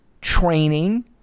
training